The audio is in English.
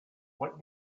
what